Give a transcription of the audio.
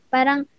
Parang